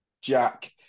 Jack